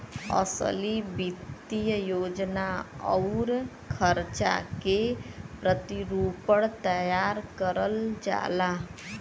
असली वित्तीय योजना आउर खर्चा के प्रतिरूपण तैयार करल जाला